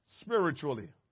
spiritually